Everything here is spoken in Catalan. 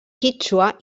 quítxua